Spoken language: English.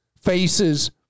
faces